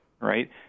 Right